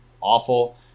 awful